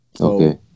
Okay